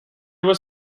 was